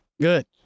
Good